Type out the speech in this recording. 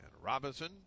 Robinson